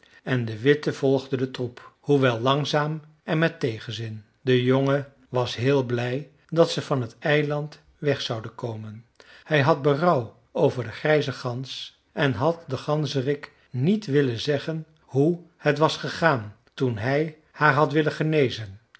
en de witte volgde den troep hoewel langzaam en met tegenzin de jongen was heel blij dat ze van het eiland weg zouden komen hij had berouw over de grijze gans en had den ganzerik niet willen zeggen hoe het was gegaan toen hij haar had willen genezen